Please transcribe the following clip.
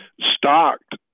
stocked